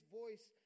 voice